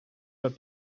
but